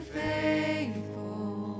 faithful